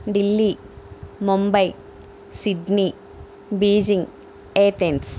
Delhi Mumbai Sydney Beijing Athens